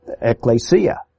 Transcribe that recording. ecclesia